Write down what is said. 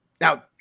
Now